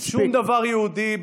שום דבר יהודי,